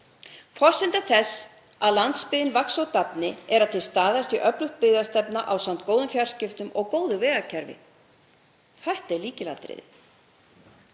Forsenda þess að landsbyggðin vaxi og dafni er að til staðar sé öflug byggðastefna ásamt góðum fjarskiptum og góðu vegakerfi. Það er lykilatriði.